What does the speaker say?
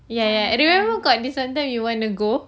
ya ya I remember got this sometimes we want to go